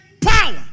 power